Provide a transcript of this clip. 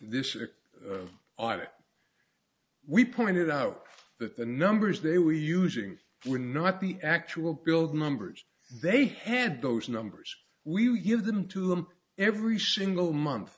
audit we pointed out that the numbers they were using were not the actual build numbers they had those numbers we give them to them every single month